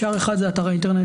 שער אחד הוא אתר האינטרנט,